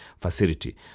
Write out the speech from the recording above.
facility